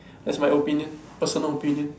that's my opinion personal opinion